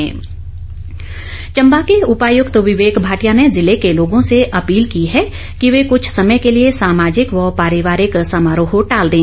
DC Chamba Chamba के उपायुक्त विवेक भाटिया ने जिले के लोगों से अपील की है कि वे कुछ समय के लिए सामाजिक व पारिवारिक समारोह टाल दें